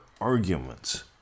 arguments